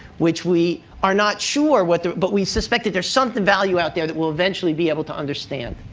which we are not sure what the but we suspect that there's some value out there that we'll eventually be able to understand.